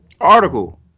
article